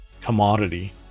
commodity